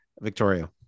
Victoria